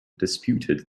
dispute